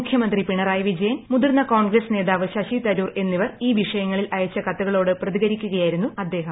മുഖ്യമന്ത്രി പിണറായി വിജയൻ മുതിർന്ന കോൺഗ്രസ് നേതാവ് ശശി തരൂർ എന്നിവർ ഈ വിഷയങ്ങളിൽ അയച്ച കത്തുകളോട് പ്രതികരിക്കുകയായിരുന്നു അദ്ദേഹം